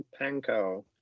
panko